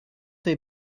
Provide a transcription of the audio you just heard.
they